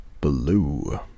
Blue